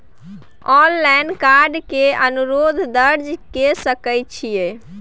Online card के अनुरोध दर्ज के सकै छियै?